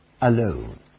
alone